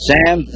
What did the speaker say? Sam